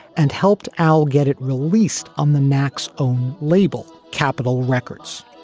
and helped al get it released on the mac's own label, capitol records.